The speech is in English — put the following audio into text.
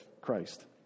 Christ